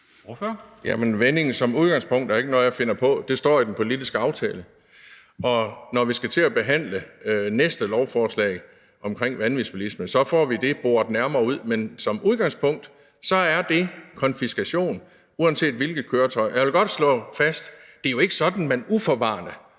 vendingen som udgangspunkt er jo ikke noget, jeg finder på. Det står i den politiske aftale. Og når vi skal til at behandle det næste lovforslag omkring vanvidsbilisme, får vi det boret nærmere ud. Men som udgangspunkt er det konfiskation, uanset hvilket køretøj det er. Jeg vil godt slå fast, at det jo ikke er sådan, at man uforvarende